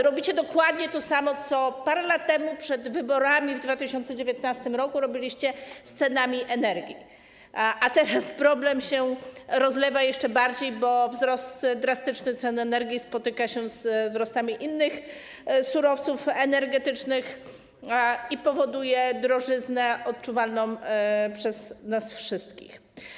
Robicie dokładnie to samo, co parę lat temu przed wyborami w 2019 r. robiliście z cenami energii, a teraz problem się rozlewa jeszcze bardziej, bo drastyczny wzrost cen energii spotyka się ze wzrostami cen innych surowców energetycznych, co powoduje drożyznę odczuwaną przez nas wszystkich.